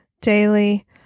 daily